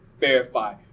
verify